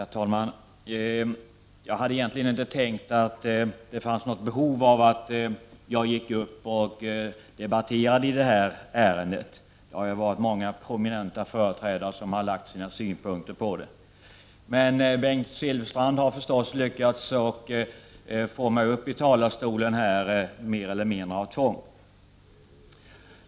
Herr talman! Jag trodde egentligen inte att det skulle finnas något behov av att jag skulle gå upp och debattera i detta ärende. Många prominenta företrädare har redan lagt fram sina synpunkter. Bengt Silfverstrand har lyckats få upp mig i talarstolen mer eller mindre av tvång.